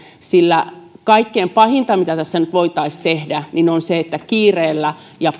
sillä kaikkein pahinta mitä tässä nyt voitaisiin tehdä on se että kiireellä ja